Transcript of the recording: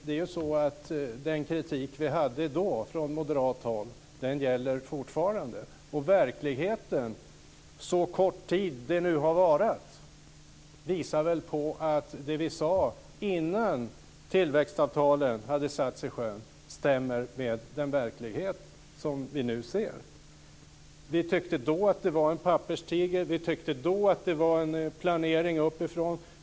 Den kritik som vi då hade från moderat håll gäller fortfarande. Verkligheten - så kort tid den nu har varat - visar väl att det vi sade innan tillväxtavtalen hade satts i sjön stämmer. Vi tyckte då att det var en papperstiger och att det var en planering uppifrån.